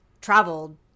traveled